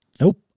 Nope